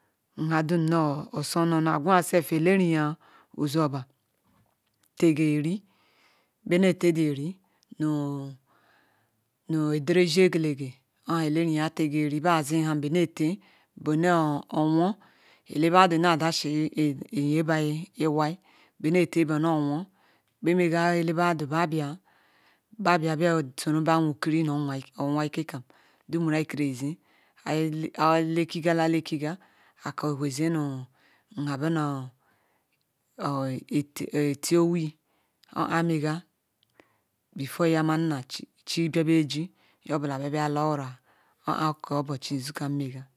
Nhadum na soh nonu agwa self alerim uzuoba tege-eri benete the eri nu ederezi egelege orh heh eleri-ya tege-eri bazi ham benete bene-owu elebadu na dashi eyeba lwai benete beno-owu beh mega ele badu bah bia bah bia beh soro kiri nu owa ike kam duburu kerezi ayi lekiga la ike-wezi nu hah beno te owi orh ayi mega yamana chi biaheji nyebula bia bia la ota orh obochi izukam mega.